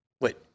Wait